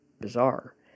Bizarre